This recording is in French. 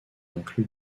incluent